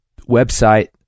website